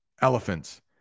elephants